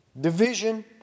Division